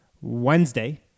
Wednesday